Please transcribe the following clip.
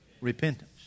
repentance